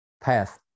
path